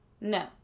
No